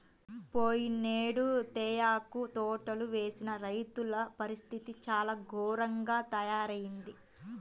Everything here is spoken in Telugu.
పోయినేడు తేయాకు తోటలు వేసిన రైతుల పరిస్థితి చాలా ఘోరంగా తయ్యారయింది